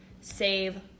save